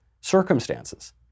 circumstances